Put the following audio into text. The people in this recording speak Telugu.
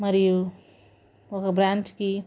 మరియు ఒక బ్రాంచ్కి